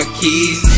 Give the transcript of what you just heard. keys